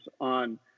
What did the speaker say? on